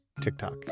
TikTok